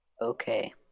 Okay